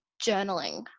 journaling